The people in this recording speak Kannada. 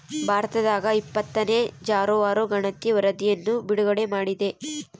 ಭಾರತದಾಗಇಪ್ಪತ್ತನೇ ಜಾನುವಾರು ಗಣತಿ ವರಧಿಯನ್ನು ಬಿಡುಗಡೆ ಮಾಡಿದೆ